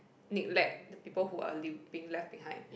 neglect the people who are lea~ being left behind